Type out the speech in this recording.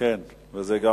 אם כך,